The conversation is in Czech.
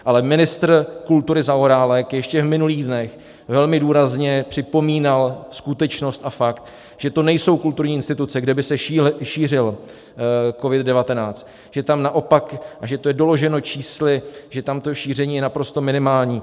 Ale ministr kultury Zaorálek ještě v minulých dnech velmi důrazně připomínal skutečnost a fakt, že to nejsou kulturní instituce, kde by se šířil COVID19, že tam naopak a že to je doloženo čísly to šíření je naprosto minimální.